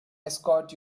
escort